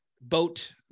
boat